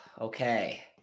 okay